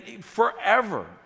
forever